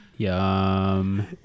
Yum